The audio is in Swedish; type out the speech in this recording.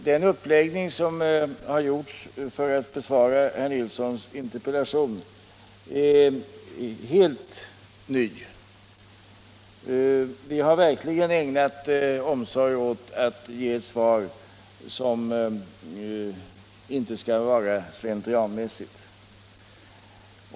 Den uppläggning som har gjorts för att besvara herr Nilssons interpellation är helt ny. Vi har verkligen ägnat omsorg åt att ge ett svar som inte skulle vara slentrianmässigt.